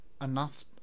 enough